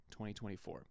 2024